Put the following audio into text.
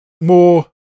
more